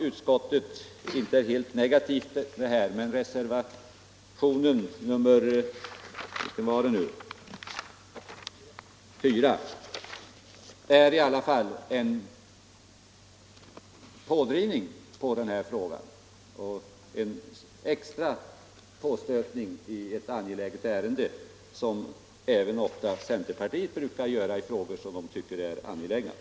Utskottet är inte helt negativt, men reservationen 4 är i alla fall pådrivande och en extra påstötning i ett angeläget ärende. Så brukar även centerpartiet göra i frågor som centerpartiet finner väsentliga.